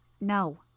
No